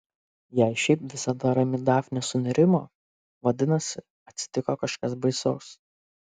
jei šiaip visada rami dafnė sunerimo vadinasi atsitiko kažkas baisaus